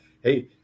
Hey